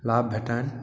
लाभ भेटनि